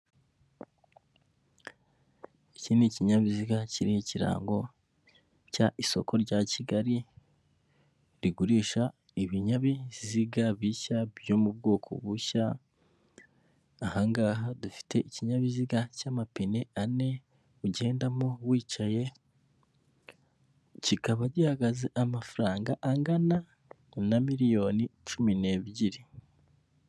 Iki n'ikinyabiziga kiririmo ikirango cy isoko rya kigali rigurisha ibinyabiziga bishya byo mu bwoko bushya, ahangaha dufite ikinyabiziga cy'amapine ane ugendamo wicaye kikaba gihagaze amafaranga angana na miriyoni cumi n'ebyiri.